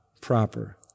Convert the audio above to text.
proper